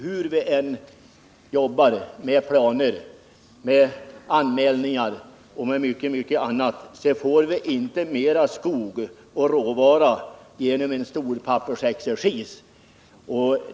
Hur vi än jobbar med planer, anmälningar och sådant får vi inte mera skogsråvara. En sådan uppstår inte genom omfattande pappersexercis.